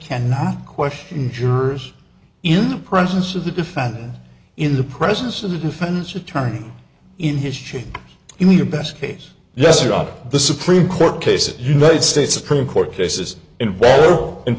cannot question jurors in the presence of the defendant in the presence of the defense attorney in his chair in your best case yes or not the supreme court cases united states supreme court cases in